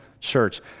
church